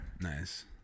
Nice